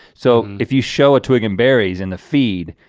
so if you show a twig and berries in the field,